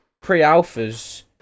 pre-alphas